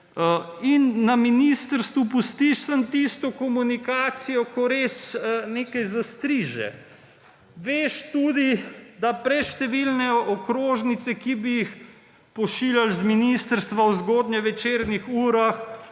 in na ministrstvu pustiš samo tisto komunikacijo, ko res nekaj zastriže. Veš tudi, da preštevilne okrožnice, ki jih pošiljaš z ministrstva v zgodnje večernih urah